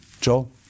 Joel